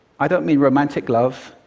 i don't mean romantic love,